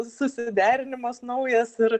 susiderinimas naujas ir